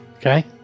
Okay